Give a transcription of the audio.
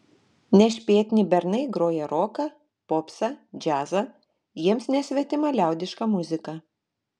nešpėtni bernai groja roką popsą džiazą jiems nesvetima liaudiška muzika